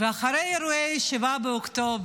וזה אחרי אירועי 7 באוקטובר,